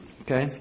okay